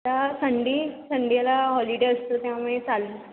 तर संडे संडेला हॉलिडे असतो त्यामुळे चालेल